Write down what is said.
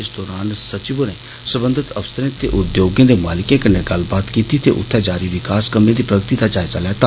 इस दौरान सचिव होरें सरबंधीत अफसरें ते उद्योगें दे मालिकें कन्नै गल्लबात कीती ते उत्थे जारी विकास कम्मे दी प्रगति दा जायज़ा लैता